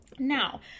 Now